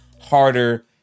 harder